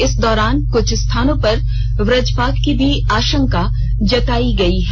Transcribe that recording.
इस दौरान कुछ स्थानो पर वजपात की भी आषंका जतायी गयी है